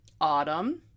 autumn